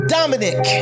Dominic